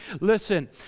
listen